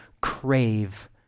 crave